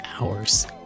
hours